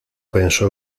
pensó